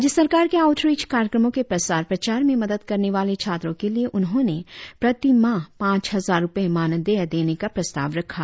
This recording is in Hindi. राज्य सरकार के आऊटरिच कार्यक्रमों के प्रसार प्रचार में मदद करने वाले छात्रों के लिए उन्होंने प्रति माह पांच हजार रुपये मानदेय देने का प्रस्ताव रखा